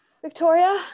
Victoria